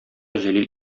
җәлил